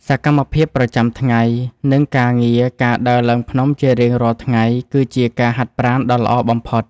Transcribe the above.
សកម្មភាពប្រចាំថ្ងៃ និងការងារការដើរឡើងភ្នំជារៀងរាល់ថ្ងៃគឺជាការហាត់ប្រាណដ៏ល្អបំផុត។